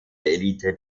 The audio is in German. elite